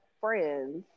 friends